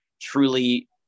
truly